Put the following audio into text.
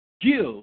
Give